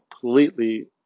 completely